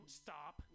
stop